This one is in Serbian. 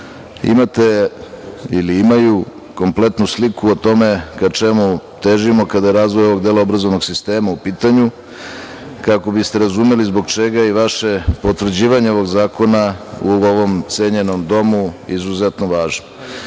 imate ili imaju kompletnu sliku o tome ka čemu težimo kada je razvoj ovog dela obrazovnog sistema u pitanju, kako biste razumeli zbog čega i vaše potvrđivanje ovog zakona u ovom cenjenom domu je izuzetno važno. Dakle,